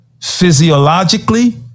physiologically